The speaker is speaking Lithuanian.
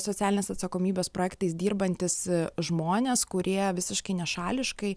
socialinės atsakomybės projektais dirbantys žmonės kurie visiškai nešališkai